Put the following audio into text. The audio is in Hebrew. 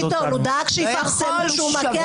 ביטון, הוא דאג שיפרסמו שהוא מכה על השולחן.